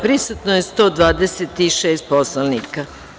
Prisutno je 126 poslanika.